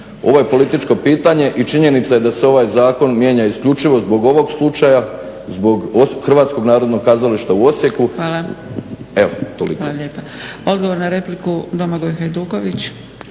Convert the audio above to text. Ovo je političko pitanje i činjenica je da se ovaj zakon mijenja isključivo zbog ovog slučaja, zbog HNK u Osijeku. **Zgrebec, Dragica (SDP)** Hvala lijepa. Odgovor na repliku Domagoj Hajduković.